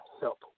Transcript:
help